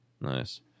Nice